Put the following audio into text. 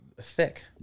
thick